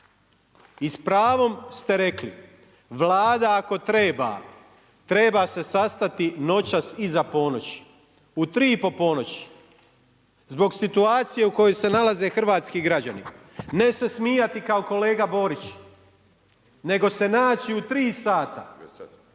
I s pravom ste rekli, Vlada ako treba, treba se sastati noćas iza ponoći, u 3 po ponoći zbog situacije u kojoj se nalaze hrvatski građani a ne se smijati kao kolega Borić nego se naći u 3 sata,